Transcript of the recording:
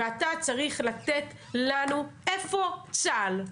ואתה צריך לתת לנו איפה צה"ל.